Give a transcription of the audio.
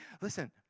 listen